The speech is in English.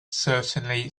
certainly